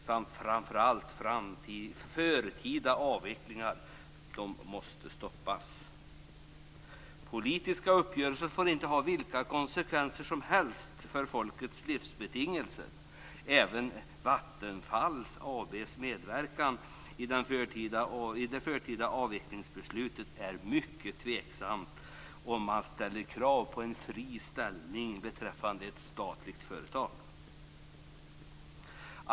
Och framför allt: Förtida avvecklingar måste stoppas. Politiska uppgörelser får inte ha vilka konsekvenser som helst för folkets livsbetingelser. Även Vattenfall AB:s medverkan i beslutet om den förtida avvecklingen är mycket tveksam om man ställer krav på en fri ställning beträffande ett statligt företag.